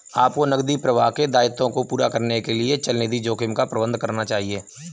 आपको नकदी प्रवाह के दायित्वों को पूरा करने के लिए चलनिधि जोखिम का प्रबंधन करना चाहिए